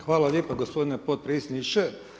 Hvala lijepa gospodine potpredsjedniče.